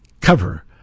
cover